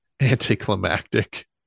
anticlimactic